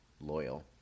Loyal